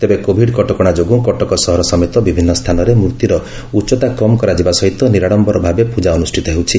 ତେବେ କୋଭିଡ କଟକଣା ଯୋଗୁଁ କଟକ ସହର ସମେତ ବିଭିନ୍ନ ସ୍ଥାନରେ ମୂର୍ତିର ଉଚ୍ଚତା କମ୍ କରାଯିବା ସହିତ ନିରାଡମ୍ସର ଭାବେ ପ୍ରଜା ଅନୁଷ୍ଠିତ ହେଉଛି